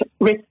risk